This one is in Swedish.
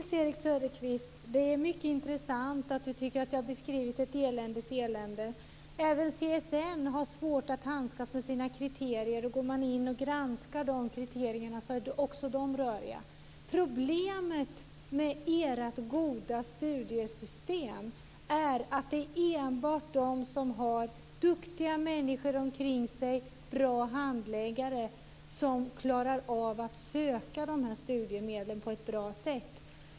Fru talman! Det är mycket intressant, Nils-Erik Söderqvist, att du tycker att jag har beskrivit ett eländes elände. Även CSN har svårt att handskas med sina kriterier. Går man in och granskar dessa kriterier är också de röriga. Problemet med ert goda studiestödssystem är att det enbart är de som har duktiga människor omkring sig, bra handläggare, som klarar av att söka studiemedlen på ett bra sätt.